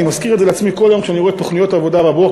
אני מזכיר את זה לעצמי כל יום כשאני רואה תוכניות עבודה בבוקר,